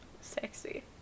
Sexy